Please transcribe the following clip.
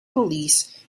police